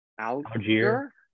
Algier